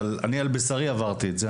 אבל אני על בשרי עברתי את זה.